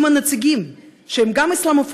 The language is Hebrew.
עם הנציגים שהם גם אסלאמופובים,